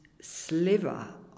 sliver